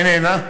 איננה,